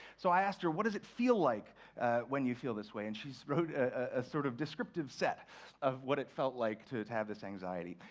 so i asked her, what does it feel like when you feel this way? and she wrote a sort of descriptive set of what it felt like to have had this anxiety.